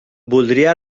voldria